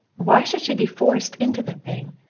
why should she be forced into the thing?